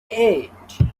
eight